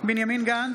בנימין גנץ,